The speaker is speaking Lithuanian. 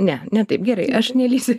ne ne taip gerai aš nelįsiu